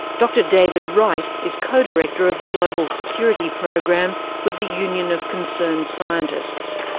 dr david wright is co-director of the global security program with the union of concerned scientists.